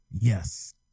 Yes